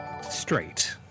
Straight